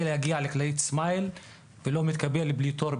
להגיע לכללית סמייל ולא מתקבל בלי תור,